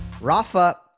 Rafa